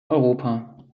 europa